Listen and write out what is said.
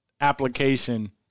application